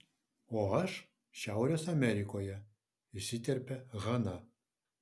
o aš šiaurės amerikoje įsiterpia hana